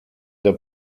der